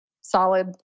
solid